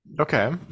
Okay